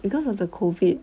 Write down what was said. because of the COVID